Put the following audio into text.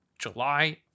July